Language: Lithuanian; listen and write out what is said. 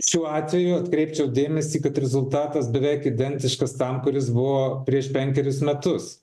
šiuo atveju atkreipčiau dėmesį kad rezultatas beveik identiškas tam kuris buvo prieš penkerius metus